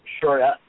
Sure